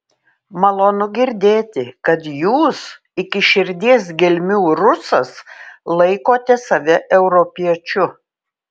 malonu girdėti kad jūs iki širdies gelmių rusas laikote save europiečiu